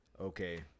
Okay